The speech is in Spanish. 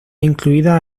incluida